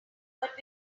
but